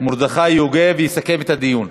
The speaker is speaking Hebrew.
מרדכי יוגב יסכם את הדיון.